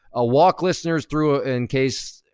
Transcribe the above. ah walk listeners through ah in case,